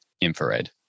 infrared